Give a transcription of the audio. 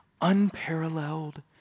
unparalleled